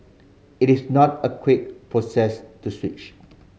it is not a quick process to switch